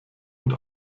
und